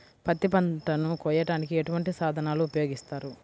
పత్తి పంటను కోయటానికి ఎటువంటి సాధనలు ఉపయోగిస్తారు?